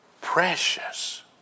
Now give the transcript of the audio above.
precious